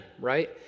right